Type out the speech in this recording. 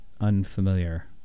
unfamiliar